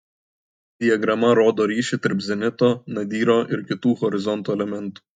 diagrama rodo ryšį tarp zenito nadyro ir kitų horizonto elementų